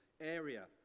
area